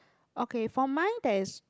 okay for mine there's